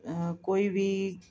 ਕੋਈ ਵੀ